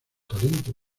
talento